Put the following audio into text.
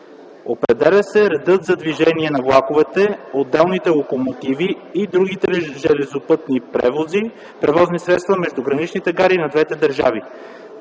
Определя се редът за движение на влаковете, отделните локомотиви и другите железопътни превозни средства между граничните гари на двете държави.